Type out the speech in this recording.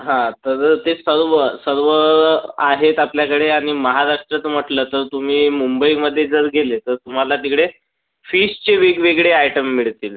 हा तर ते सर्व सर्व आहेत आपल्याकडे आणि महाराष्ट्रात म्हटलं तर तुम्ही मुंबईमध्ये जर गेलात तर तुम्हाला तिकडे फिशचे वेगवेगळे आयटम मिळतील